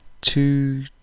Two